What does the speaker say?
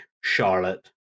Charlotte